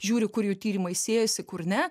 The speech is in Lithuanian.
žiūri kurie tyrimai siejasi kur ne